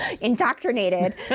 indoctrinated